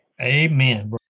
Amen